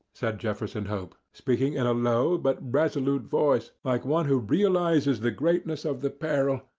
said jefferson hope, speaking in a low but resolute voice, like one who realizes the greatness of the peril,